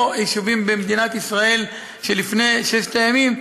יישובים במדינת ישראל שלפני ששת ימים,